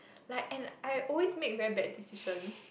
like and I always make really bad decision